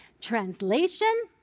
Translation